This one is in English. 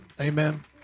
Amen